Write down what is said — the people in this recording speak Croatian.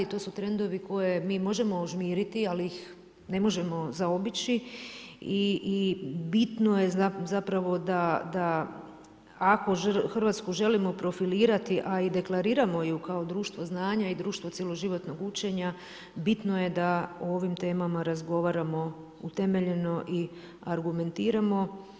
To su trendovi koje mi možemo žmiriti, ali ih ne možemo zaobići i bitno je zapravo da ako Hrvatsku želimo profilirati, a i deklariramo ju kao društvo znanja i društvo cjeloživotnog učenja bitno je da o ovim temama razgovaramo utemeljeno i argumentiramo.